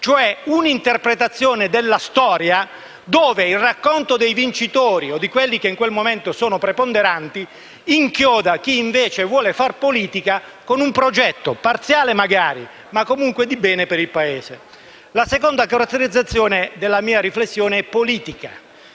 cioè ad un'interpretazione della storia dove il racconto dei vincitori, o di quelli che in quel momento sono preponderanti, inchioda chi invece vuol fare politica con un progetto magari parziale, ma comunque che mira al bene per il Paese. La seconda caratterizzazione della mia riflessione è politica.